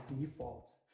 default